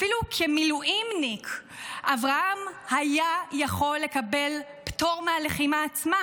אפילו כמילואימניק אברהם יכול היה לקבל פטור מהלחימה עצמה,